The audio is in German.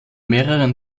mehreren